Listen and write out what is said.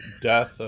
death